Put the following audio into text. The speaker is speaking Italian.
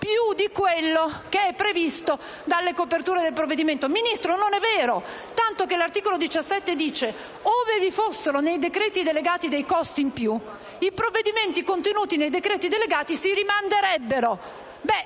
più di quello che è previsto dalle coperture del provvedimento. Signora Ministro, non è vero, tanto che l'articolo 17 dice che, ove vi fossero nei decreti delegati dei costi in più, i provvedimenti contenuti nei decreti delegati stessi si rimanderebbero.